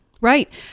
Right